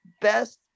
best